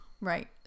Right